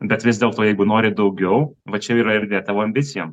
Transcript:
bet vis dėlto jeigu nori daugiau va čia yra erdvė tavo ambicijom